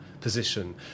position